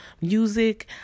Music